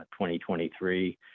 2023